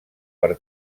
per